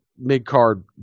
mid-card